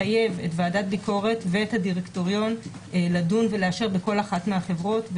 מחייב את ועדת ביקורת ואת הדירקטוריון לדון ולאשר בכל אחת מהחברות.